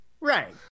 Right